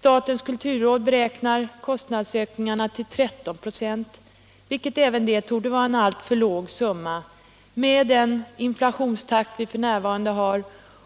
Statens kulturråd beräknar kostnadsökningarna till 13 96, vilket även det torde vara en alltför låg siffra med den inflationstakt vi f. n. har